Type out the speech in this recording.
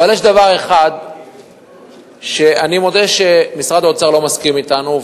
אבל יש דבר אחד שאני מודה שמשרד האוצר לא מסכים אתנו,